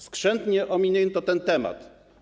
Skrzętnie ominięto ten temat.